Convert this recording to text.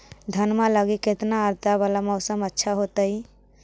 धनमा लगी केतना आद्रता वाला मौसम अच्छा होतई?